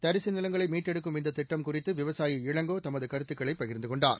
தரிசி நிலங்களை மீட்டெடுக்கும் இந்த திட்டம் குறித்து விவசாயி இளங்கோ தமது கருத்துக்களை பகிர்ந்து கொண்டார்